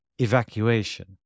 Evacuation